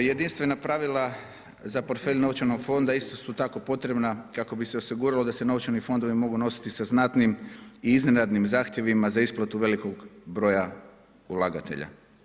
Jedinstvena pravila za portfelj novčanog fonda isto su tako potrebna kako bi se osiguralo da se novčani fondovi mogu nositi sa znatnim i iznenadnim zahtjevima za isplatu velikog broja ulagatelja.